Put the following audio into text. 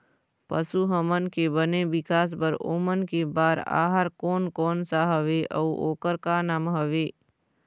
पशु हमन के बने विकास बार ओमन के बार आहार कोन कौन सा हवे अऊ ओकर का नाम हवे?